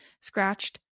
scratched